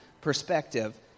perspective